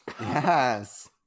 yes